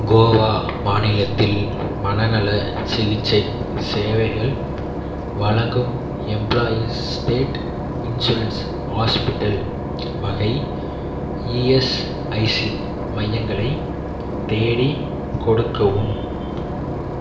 கோவா மாநிலத்தில் மனநலச் சிகிச்சை சேவைகள் வழங்கும் எம்ப்ளாயீஸ் ஸ்டேட் இன்சூரன்ஸ் ஹாஸ்பிட்டல் வகை இஎஸ்ஐசி மையங்களை தேடிக் கொடுக்கவும்